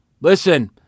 Listen